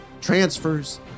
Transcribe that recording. transfers